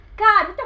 God